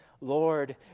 Lord